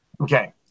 Okay